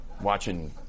watching